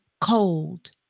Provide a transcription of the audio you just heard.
cold